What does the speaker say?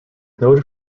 noted